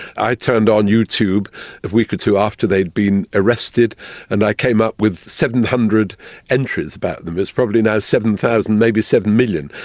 i turned on youtube a week or two after they'd been arrested and i came up with seven hundred entries about them it's probably now seven thousand, maybe seven million.